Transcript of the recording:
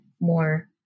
more